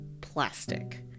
plastic